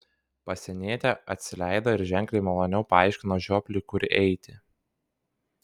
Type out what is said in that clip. pasienietė atsileido ir ženkliai maloniau paaiškino žiopliui kur eiti